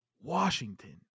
Washington